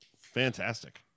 Fantastic